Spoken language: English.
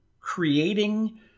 creating